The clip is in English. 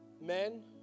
Men